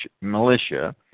militia